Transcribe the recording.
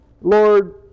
Lord